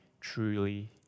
truly